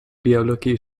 biologie